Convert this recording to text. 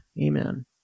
Amen